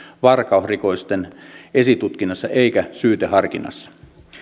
varkausrikosten esitutkinnassa eikä syyteharkinnassa